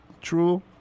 True